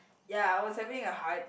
ya I was having a heart